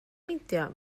meindio